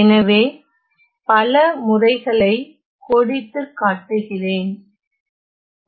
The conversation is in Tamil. எனவே பல முறைகளை கோடிட்டுக் காட்டுகிறேன்